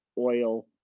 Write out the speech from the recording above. oil